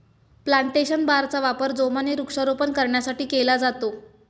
plantation बारचा वापर जोमाने वृक्षारोपण करण्यासाठी केला जातो